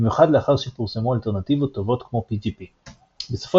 במיוחד לאחר שפורסמו אלטרנטיבות טובות כמו PGP. בסופו